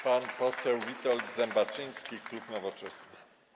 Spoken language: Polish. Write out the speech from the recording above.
Pan poseł Witold Zembaczyński, klub Nowoczesna.